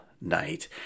night